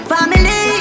Family